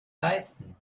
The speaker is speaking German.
leisten